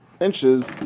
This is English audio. inches